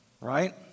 right